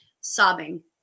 Sobbing